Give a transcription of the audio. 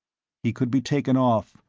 he could be taken off,